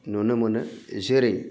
नुनो मोनो जेरै